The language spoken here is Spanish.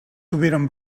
tuvieron